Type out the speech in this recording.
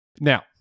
Now